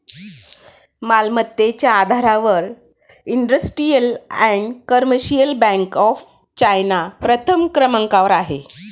मालमत्तेच्या आधारावर Industrial and Commercial Bank of China प्रथम क्रमांकावर आहे